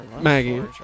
Maggie